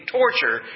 torture